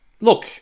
Look